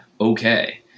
Okay